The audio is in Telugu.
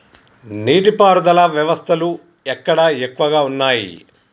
నీటి పారుదల వ్యవస్థలు ఎక్కడ ఎక్కువగా ఉన్నాయి?